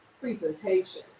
presentation